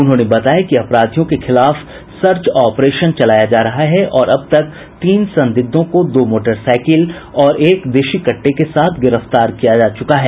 उन्होंने बताया कि अपराधियों के खिलाफ सर्च ऑपरेशन चलाया जा रहा है और अब तक तीन संदिग्धों को दो मोटरसाईकिल और एक देशी कट्टे के साथ गिरफ्तार किया जा चुका है